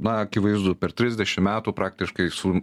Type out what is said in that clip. na akivaizdu per trisdešim metų praktiškai su